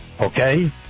okay